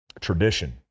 tradition